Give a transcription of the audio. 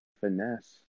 finesse